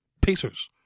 Pacers